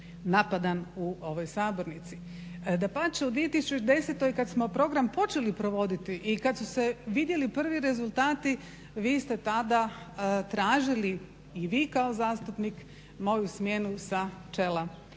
napadan u ovoj sabornici. Dapače, u 2010. kad smo program počeli provoditi i kad su se vidjeli prvi rezultati vi ste tada tražili, i vi kao zastupnik, moju smjenu sa čela